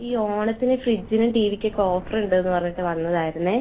ഈ ഓണത്തിന് ഫ്രിഡ്ജിനും ടി വിക്കൊക്കെ ഓഫർ ഉണ്ടെന്ന് പറഞ്ഞിട്ട് വന്നതായിരുന്നു